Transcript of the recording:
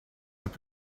have